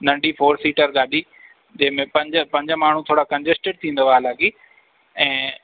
नंढी four seater गाॾी जंहिंमे पंज पंज माण्हू थोरा कंजस्टिड थींदव हालांकी ऐं